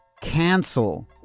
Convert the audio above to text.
cancel